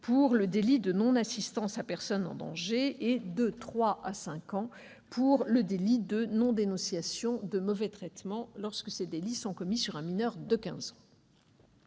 pour le délit de non-assistance à personne en danger et de trois à cinq ans pour le délit de non-dénonciation de mauvais traitements, lorsque ces délits sont commis sur un mineur de quinze